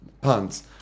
puns